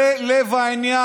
זה לב העניין.